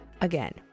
Again